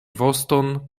voston